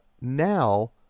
now